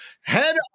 Head